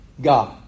God